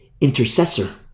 intercessor